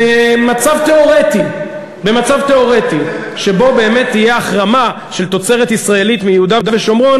במצב תיאורטי שבו באמת תהיה החרמה של תוצרת ישראלית מיהודה ושומרון,